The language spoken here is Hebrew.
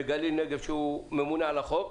וגליל נגב שהוא ממונה על החוק,